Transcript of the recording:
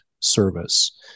service